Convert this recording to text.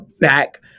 back